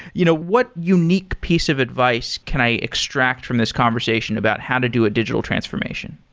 you know what unique piece of advice can i extract from this conversation about how to do a digital transformation?